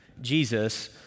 Jesus